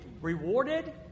rewarded